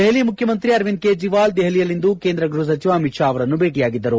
ದೆಹಲಿ ಮುಖ್ಯಮಂತ್ರಿ ಅರವಿಂದ ಕೇಜ್ರಿವಾಲ್ ದೆಹಲಿಯಲ್ಲಿಂದು ಕೇಂದ್ರ ಗೃಹ ಸಚಿವ ಅಮಿತ್ ಷಾ ಅವರನ್ನು ಭೇಟಿಯಾಗಿದ್ದರು